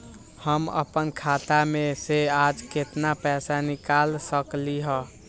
हम अपन खाता में से आज केतना पैसा निकाल सकलि ह?